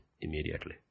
immediately